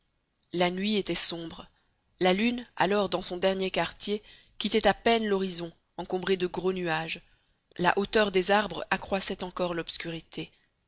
là nuit était sombre la lune alors dans son dernier quartier quittait à peine l'horizon encombré de gros nuages la hauteur des arbres accroissait encore l'obscurité